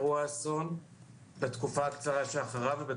בתקופה הקצרה שאחריו,